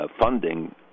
funding